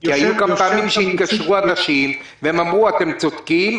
כי היו כמה פעמים שאנשים התקשרו והם אמרו: אתם צודקים.